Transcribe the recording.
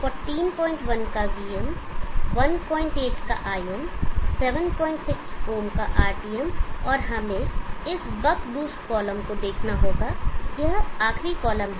141 का VM 18 का IM 76 ohm का RTM और हमें इस बक बूस्ट कॉलम को देखना होगा यह आखिरी कॉलम है